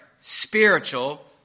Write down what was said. spiritual